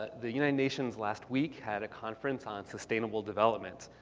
the united nations, last week, had a conference on sustainable development.